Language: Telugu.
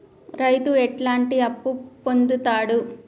రైతు ఎట్లాంటి అప్పు పొందుతడు?